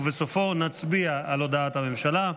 ובסופו נצביע על הודעת הממשלה.